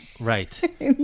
Right